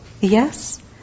Yes